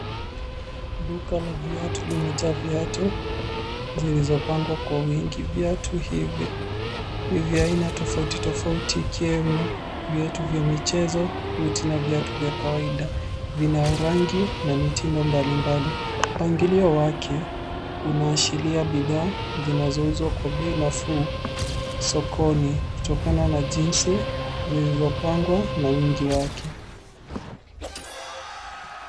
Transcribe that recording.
Duka la viatu limejaa viatu zilizopangwa kwa wingi. Viatu hivi ni vya aina tofauti tofauti ikiwemo viatu vya michezo, buti na viatu vya kawaida. Vina rangi na mitindo mbalimbali. Mpangilio wake unaashiria bidhaa zinazouzwa kwa bei nafuu sokoni kutokana na jinsi zilizopangwa na wingi wake.